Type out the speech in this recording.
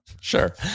Sure